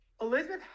Elizabeth